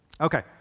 Okay